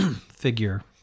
figure